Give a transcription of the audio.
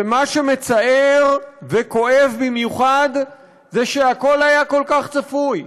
ומה שמצער וכואב במיוחד זה שהכול היה כל כך צפוי,